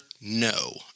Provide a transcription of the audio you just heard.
No